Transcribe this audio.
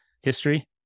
history